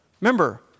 Remember